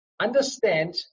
Understand